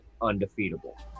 undefeatable